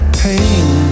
pain